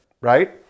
right